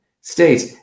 States